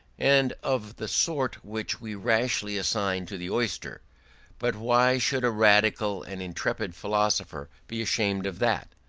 and of the sort which we rashly assign to the oyster but why should a radical and intrepid philosopher be ashamed of that?